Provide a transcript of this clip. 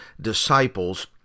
disciples